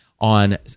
on